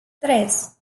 tres